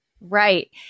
Right